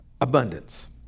abundance